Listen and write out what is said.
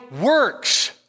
works